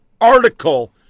article